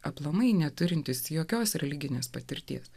aplamai neturintis jokios religinės patirties